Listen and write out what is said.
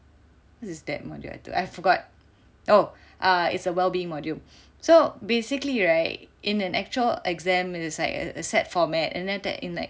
what is that module I took I forgot oh uh it's a wellbeing module so basically right in an actual exam is like a set format and then after that in like